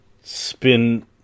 spin